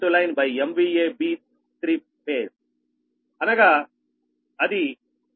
అందువలన ZB1 KVBLL2MVAB3∅ అనగా అది 312